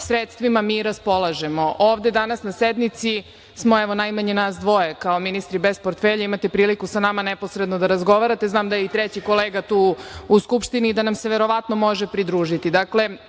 sredstvima mi raspolažemo. Ovde danas na sednici smo najmanje nas dvoje kao ministri bez portfelja. Imate priliku sa nama neposredno da razgovarate. Znam da je i treći kolega tu u Skupštini i da nam se verovatno može pridružiti. Dakle,